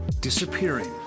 disappearing